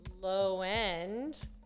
low-end